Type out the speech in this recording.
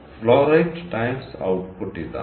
flow rate times output ഇതാണ്